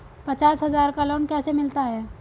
पचास हज़ार का लोन कैसे मिलता है?